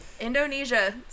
indonesia